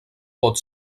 pot